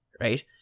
Right